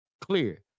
clear